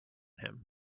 him